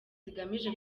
zigamije